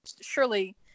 surely